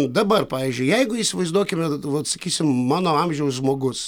dabar pavyzdžiui jeigu įsivaizduokime vat sakysim mano amžiaus žmogus